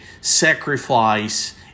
sacrifice